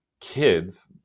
kids